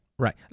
Right